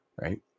right